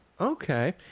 Okay